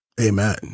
Amen